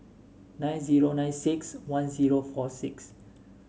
nine zero nine six one zero four six